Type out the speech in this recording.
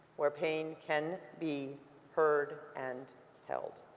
where pain can be heard and held.